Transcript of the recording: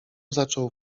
zaczął